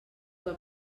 que